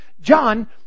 John